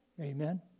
Amen